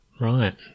right